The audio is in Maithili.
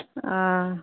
ओ